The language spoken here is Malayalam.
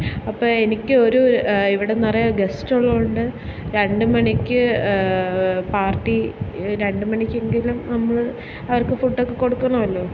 അപ്പോൾ എനിക്കൊരു ഇവിടെ നിറയെ ഗെസ്റ്റുള്ളതുകൊണ്ട് രണ്ട് മണിക്ക് പാർട്ടി രണ്ട് മണിക്കെങ്കിലും നമ്മൾ അവർക്ക് ഫുഡൊക്കെ കൊടുക്കണമല്ലോ